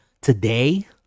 today